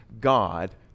God